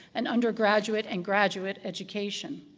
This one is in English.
and undergraduate and graduate education.